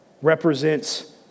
represents